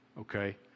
Okay